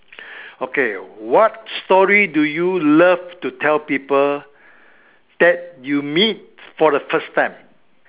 okay what story do you love to tell people that you meet for the first time